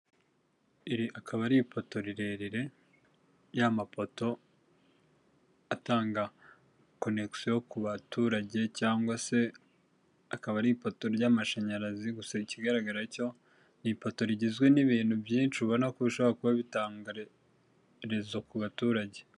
Iri akaba ari ipoto rirerire, ya mapoto atanga connection ku baturage cyangwa se akaba ari ipoto ry'amashanyaraz!i gusa ikigaragara cyo ni ipo>to rigizwe n'ibintu byinshi ubona koshaho kuba bitangazo ku baturage.